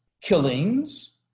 killings